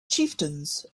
chieftains